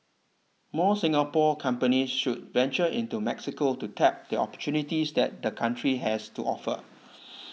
more Singapore companies should venture into Mexico to tap the opportunities that the country has to offer